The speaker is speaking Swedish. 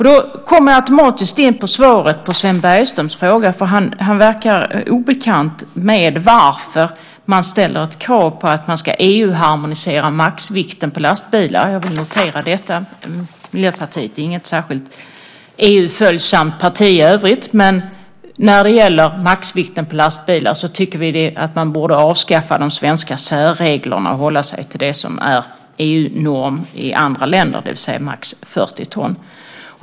Det leder mig automatiskt in på svaret på Sven Bergströms fråga. Han verkar obekant med varför man ställer ett krav på att man ska EU-harmonisera maxvikten på lastbilar. Jag vill notera detta. Miljöpartiet är inte något särskilt EU-följsamt parti i övrigt, men när det gäller maxvikten på lastbilar så tycker vi att man borde avskaffa de svenska särreglerna och hålla sig till det som är EU-norm i andra länder, det vill säga max 40 ton.